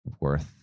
worth